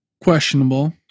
Questionable